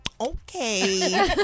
okay